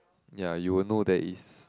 ya you will know there is